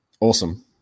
Awesome